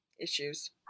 issues